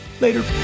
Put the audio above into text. Later